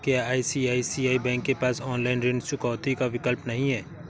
क्या ICICI bank के पास ऑनलाइन ऋण चुकौती का विकल्प नहीं है?